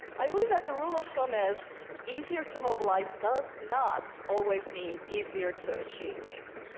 i believe that the rule of thumb is easier to mobilize does not always mean easier to achieve gains.